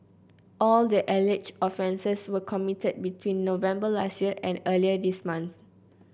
all the alleged offences were committed between November last year and earlier this month